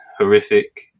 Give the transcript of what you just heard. horrific